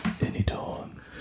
Anytime